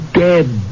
dead